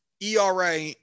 ERA